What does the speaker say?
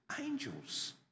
angels